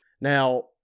Now